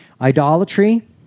idolatry